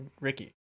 Ricky